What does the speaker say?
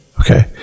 Okay